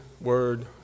word